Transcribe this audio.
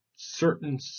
certain